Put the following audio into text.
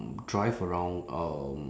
drive around um